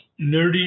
nerdy